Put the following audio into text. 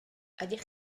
ydych